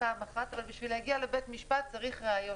אבל בשביל להגיע לבית משפט צריך ראיות.